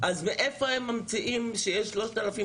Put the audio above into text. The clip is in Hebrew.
אז מאיפה הם ממציאים שיש 3,000